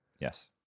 Yes